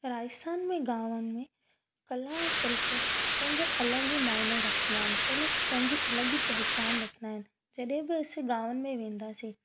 राजस्थान जे गांवनि में कला शिल्प पंहिंजो अलॻि ई माइनो रखंदा आहिनि पहिली पंहिंजी अलॻि ई पहचान रखंदा आहिनि जॾहिं बि असीं गांवनि में वेंदासीं